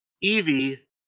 Evie